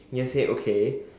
you can just say okay